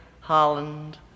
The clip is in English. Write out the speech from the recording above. Holland